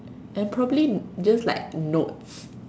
and probably just like notes